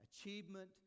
achievement